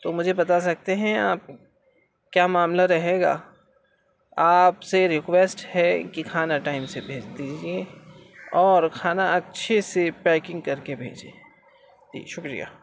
تو مجھے بتا سکتے ہیں یہ آپ کیا معاملہ رہے گا آپ سے ریکوسٹ ہے کہ کھانا ٹائم سے بھیج دیجیے اور کھانا اچھے سے پیکنگ کر کے بھیجیے جی شکریہ